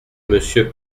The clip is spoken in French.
monsieur